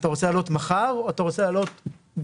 אתה רוצה לעלות מחר או אתה רוצה לעלות בהמשך?